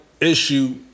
issue